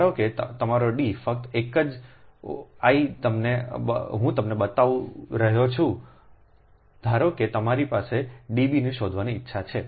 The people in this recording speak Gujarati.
ધારો કે તમારો D ફક્ત એક જ હું તમને બતાવી રહ્યો છું ધારો કે તમારી પાસે ડબને શોધવાની ઇચ્છા છે